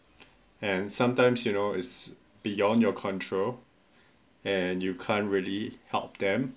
and sometimes you know is beyond your control and you can't really help them